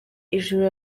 ijuru